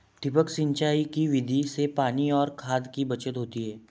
ठिबक सिंचाई की विधि से पानी और खाद की बचत होती है